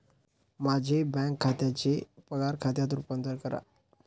माझे बँक खात्याचे पगार खात्यात रूपांतर करा